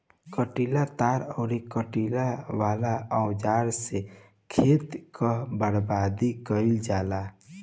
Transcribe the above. कंटीला तार अउरी काटे वाला औज़ार से खेत कअ बाड़ेबंदी कइल जाला